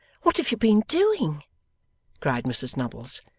what have you been doing cried mrs nubbles.